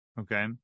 Okay